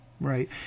Right